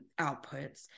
outputs